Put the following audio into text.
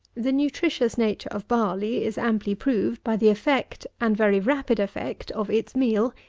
the nutritious nature of barley is amply proved by the effect, and very rapid effect, of its meal,